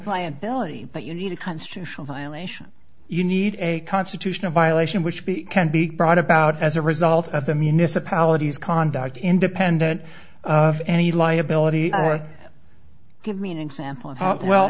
but you need a constitutional violation you need a constitutional violation which can be brought about as a result of the municipalities conduct independent of any liability or give me an example of how well